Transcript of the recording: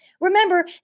Remember